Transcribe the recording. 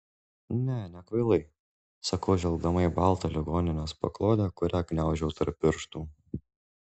ne nekvailai sakau žvelgdama į baltą ligoninės paklodę kurią gniaužau tarp pirštų